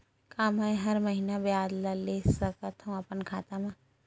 का मैं हर महीना ब्याज ला ले सकथव अपन खाता मा?